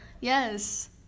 Yes